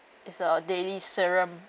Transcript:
it's a daily serum